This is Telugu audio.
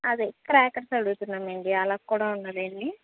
అదే క్రాకర్స్ అడుగుతున్నానండి అలాగా కూడా ఉందా అండి